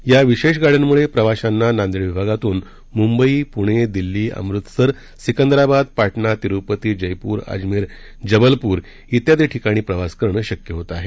या विशेष गाड्यांमुळे प्रवाशांना नांदेड विभागातून मुंबई पुणे दिल्ली अमृतसर सिकंदराबाद पाटणा तिरुपती जयपूर अजमेर जबलपूर इत्यादी ठिकाणी प्रवास करणं शक्य होत आहे